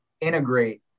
integrate